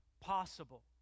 possible